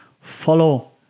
follow